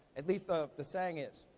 at least the the saying is.